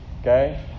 okay